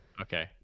Okay